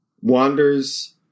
wanders